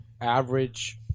average